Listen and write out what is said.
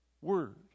word